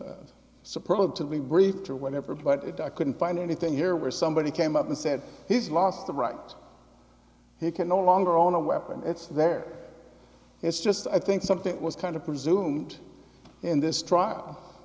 be briefed or whatever but it i couldn't find anything here where somebody came up and said he's lost a right he can no longer own a weapon it's there it's just i think something was kind of presume in this trial